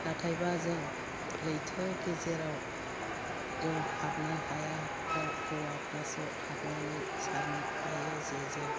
नाथायबा जों लैथो गेजेराव जों हाबनो हाया बाव हौवाफ्रासो हाबनानै सारनो हायो जेजों